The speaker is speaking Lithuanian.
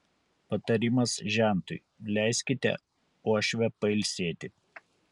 patarimas žentui leiskite uošvę pailsėti